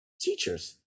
teachers